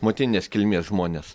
motininės kilmės žmonės